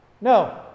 No